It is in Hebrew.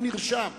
הוא נרשם.